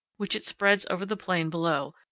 which it spreads over the plain below,